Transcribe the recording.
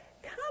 Come